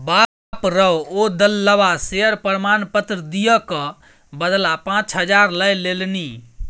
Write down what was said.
बाप रौ ओ दललबा शेयर प्रमाण पत्र दिअ क बदला पाच हजार लए लेलनि